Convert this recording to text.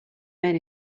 men